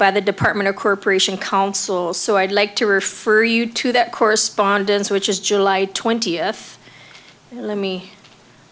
by the department of corporation counsel so i'd like to refer you to that correspondence which is july twentieth let me